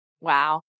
Wow